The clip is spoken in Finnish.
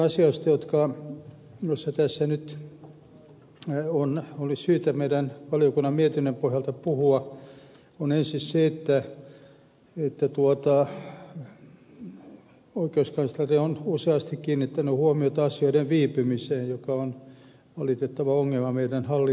niitä asioita joista tässä nyt olisi syytä meidän valiokunnan mietinnön pohjalta puhua on ensin se että oikeuskansleri on useasti kiinnittänyt huomiota asioiden viipymiseen joka on valitettava ongelma meidän hallinnossa